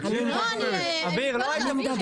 תשמעו מה היא אומרת.